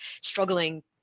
struggling